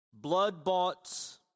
Blood-bought